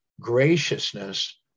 graciousness